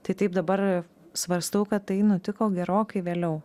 tai taip dabar svarstau kad tai nutiko gerokai vėliau